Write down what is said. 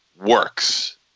works